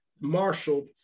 marshaled